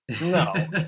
No